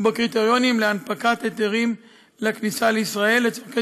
ובקריטריונים להנפקת היתרים לכניסה לישראל לצורכי